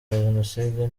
jenoside